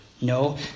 No